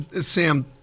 Sam